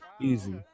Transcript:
easy